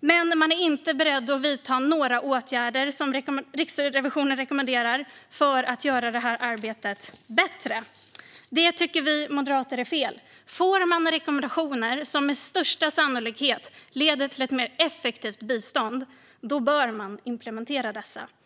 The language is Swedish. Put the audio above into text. Samtidigt är man inte beredd att vidta några av de åtgärder som Riksrevisionen rekommenderar för att göra detta arbete bättre. Det tycker vi moderater är fel. Om man får rekommendationer som med största sannolikhet leder till ett mer effektivt bistånd bör man implementera dessa.